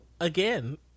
again